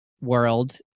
world